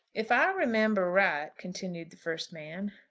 if i remember right, continued the first man,